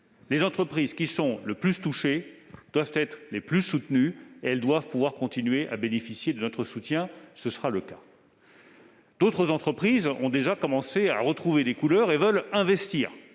Les entreprises qui sont les plus touchées doivent être les plus soutenues ; elles doivent pouvoir continuer à bénéficier de notre soutien- ce sera le cas. D'autres entreprises ont déjà commencé à retrouver des couleurs et veulent investir,